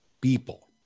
people